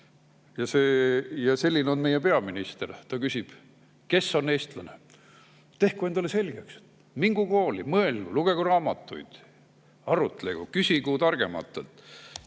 Selline on meie peaminister. Ta küsib, kes on eestlane. Tehku see endale selgeks! Mingu kooli, mõelgu, lugegu raamatuid, arutlegu, küsigu targematelt!